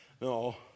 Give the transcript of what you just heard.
No